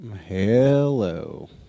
Hello